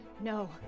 No